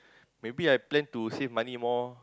maybe I plan to save money more